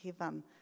heaven